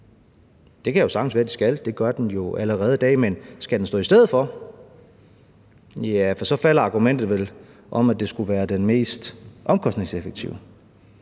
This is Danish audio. Det kan jo sagtens være, at den skal – det gør den jo allerede i dag – men skal den stå i stedet for? Så falder argumentet om, at det skulle være den mest omkostningseffektive,